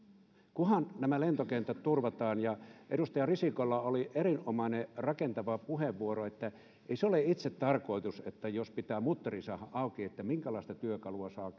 kunhan nämä lentokentät turvataan edustaja risikolla oli erinomainen rakentava puheenvuoro ei se ole itsetarkoitus että jos pitää mutteri saada auki niin eu antaa siihen luvan minkälaista työkalua saa